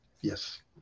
Yes